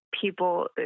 people